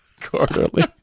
Quarterly